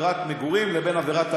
עבירת מגורים לבין עבירת תעשייה,